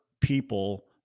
people